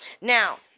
Now